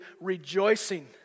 rejoicing